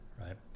right